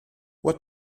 what